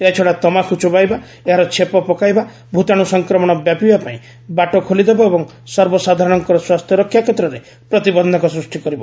ଏହାଛଡ଼ା ତମାଖୁ ଚୋବାଇବା ଏହାର ଛେପ ପକାଇବା ଭୂତାଣୁ ସଂକ୍ରମଣ ବ୍ୟାପିବା ପାଇଁ ବାଟ ଖୋଲିଦେବ ଓ ସର୍ବସାଧାରଣଙ୍କ ସ୍ୱାସ୍ଥ୍ୟ ରକ୍ଷା କ୍ଷେତ୍ରରେ ପ୍ରତିବନ୍ଧକ ସୃଷ୍ଟି କରିବ